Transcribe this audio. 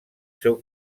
seu